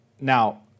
Now